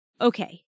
Okay